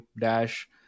Dash